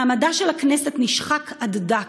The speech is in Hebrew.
מעמדה של הכנסת נשחק עד דק,